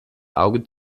auge